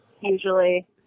usually